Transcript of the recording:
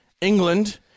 England